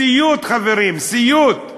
סיוט, חברים, סיוט,